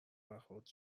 برخورد